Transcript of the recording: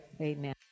Amen